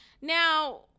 Now